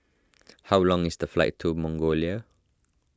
how long is the flight to Mongolia